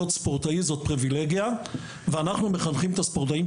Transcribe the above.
להיות במעמד ספורטאי זו פריבילגיה